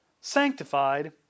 sanctified